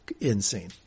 insane